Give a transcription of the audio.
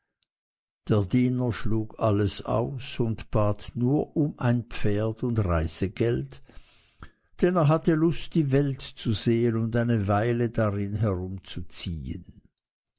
der diener schlug alles aus und bat nur um ein pferd und reisegeld denn er hatte lust die welt zu sehen und eine weile darin herumzuziehen